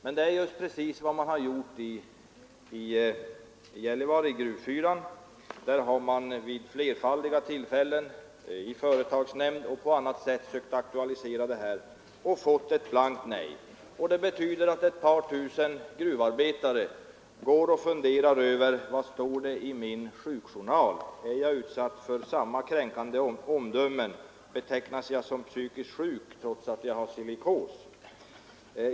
Men det är precis vad man har gjort inom Gruvfyran i Gällivare. Där har man vid flerfaldiga tillfällen i företagsnämnd och på annat sätt aktualiserat detta spörsmål och fått ett blankt nej. Det betyder att ett par tusen gruvarbetare går och funderar över vad som står i deras sjukjournaler. De undrar om också de är föremål för kränkande omdömen. Betecknas man t.ex. som psykiskt sjuk fastän man har silikos?